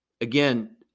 Again